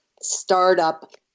startup